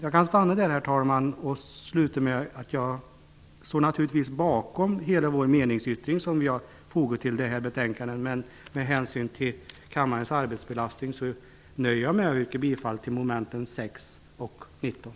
Jag står bakom hela Vänsterpartiets meningsyttring som är fogat till detta betänkande, men med hänsyn till kammarens arbetsbelastning nöjer jag mig med att yrka bifall till mom. 7 och mom. 19.